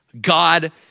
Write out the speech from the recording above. God